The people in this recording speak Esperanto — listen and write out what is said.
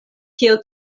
kiel